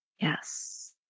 Yes